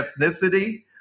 ethnicity